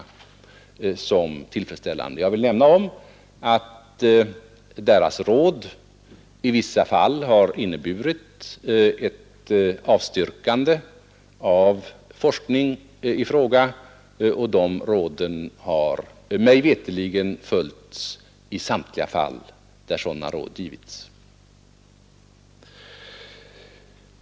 Jag vill nämna att kommittéernas råd i vissa fall har inneburit ett avstyrkande av forskningen i fråga, och dessa råd har mig veterligen följts i samtliga de fall där de givits.